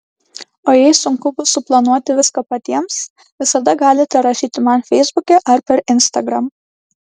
o jei sunku bus suplanuoti viską patiems visada galite rašyti man feisbuke ar per instagram